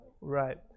Right